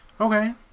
Okay